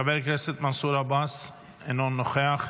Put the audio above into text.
חבר הכנסת מנסור עבאס, אינו נוכח.